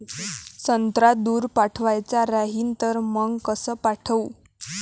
संत्रा दूर पाठवायचा राहिन तर मंग कस पाठवू?